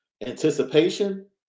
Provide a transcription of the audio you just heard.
anticipation